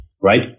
right